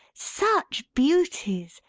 such beauties!